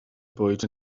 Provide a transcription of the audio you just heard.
bwyd